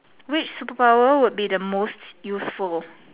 which super power would be the most useful